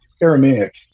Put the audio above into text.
aramaic